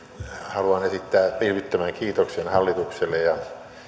haluan esittää vilpittömän kiitoksen hallitukselle ja